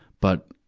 but,